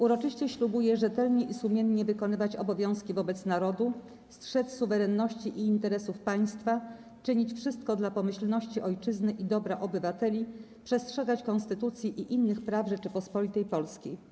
Uroczyście ślubuję rzetelnie i sumiennie wykonywać obowiązki wobec Narodu, strzec suwerenności i interesów Państwa, czynić wszystko dla pomyślności Ojczyzny i dobra obywateli, przestrzegać Konstytucji i innych praw Rzeczypospolitej Polskiej”